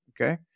okay